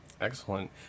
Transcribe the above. Excellent